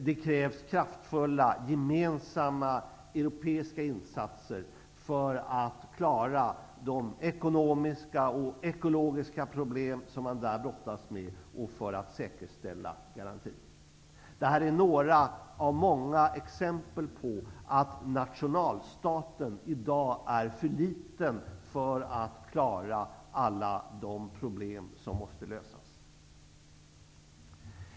Det krävs kraftfulla gemensamma europeiska insatser för att klara de ekonomiska och ekologiska problem som man där brottas med. Det här är några av många exempel på att nationalstaten i dag är för liten för att klara alla de problem som måste lösas.